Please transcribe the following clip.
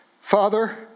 Father